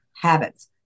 habits